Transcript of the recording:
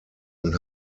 und